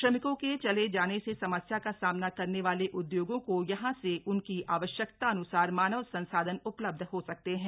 श्रमिकों के चले जाने से समस्या का सामना करने वाले उद्योगों को यहां से उनकी आवश्यकतान्सार मानव संसाधन उपलब्ध हो सकते हैं